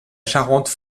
charente